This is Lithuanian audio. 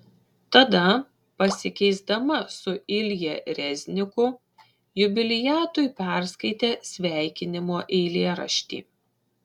tada pasikeisdama su ilja rezniku jubiliatui perskaitė sveikinimo eilėraštį